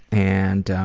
and